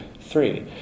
three